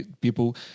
people